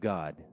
God